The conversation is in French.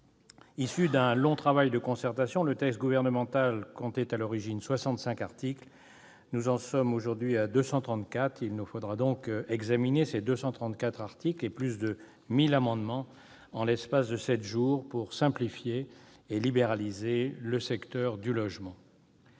Issu d'un long travail de concertation, le texte gouvernemental comptait à l'origine 65 articles ; nous en sommes aujourd'hui à 234, qu'il nous faudra examiner, avec plus de 1 000 amendements, en l'espace de sept jours pour simplifier et libéraliser le secteur du logement.